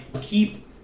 keep